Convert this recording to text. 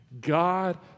God